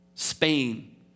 Spain